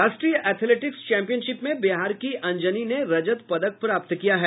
राष्ट्रीय athletics championship में बिहार की अंजनी ने रजत पदक प्राप्त किया है